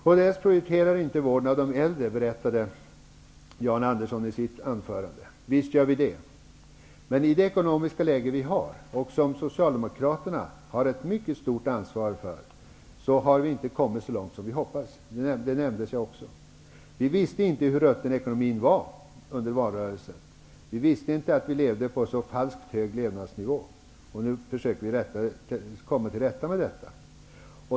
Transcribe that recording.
Kds prioriterar inte vården av de äldre, berättade Jan Andersson i sitt anförande. Visst gör vi det. Men i det ekonomiska läge vi nu befinner oss i, och som Socialdemokraterna har ett mycket stort ansvar för, har vi inte kommit så långt som vi hade hoppats. Det nämnde jag också tidigare. Vi visste inte under valrörelsen hur rutten ekonomin var. Vi visste inte att den höga levnadsnivå som vi levde på var så falsk. Nu försöker vi i regeringen komma till rätta med detta.